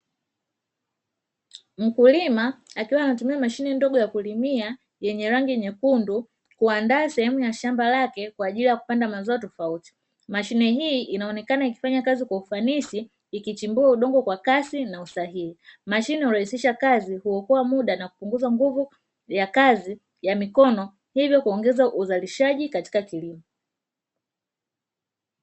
Mkulima akiwa anatumia mashine ndogo ya kulimia yenye rangi nyekundu; kuandaa shamba lake kwa ajili ya kupanda mazao tofauti, mashine hii inaonekana ikifanya kazi kwa ufanisi kuchimbua udongo kwa kasi na usahihi katika kazi, kuokoa muda na hupunguza muda wa kazi ya mikono hivyo kuongeza uzalishaji wa kilimo.